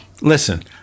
Listen